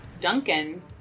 Duncan